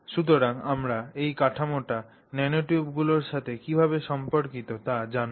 সুতরাং আমরা এই কাঠামোটি ন্যানোটিউবগুলির সাথে কীভাবে সম্পর্কিত তা জানব